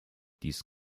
dies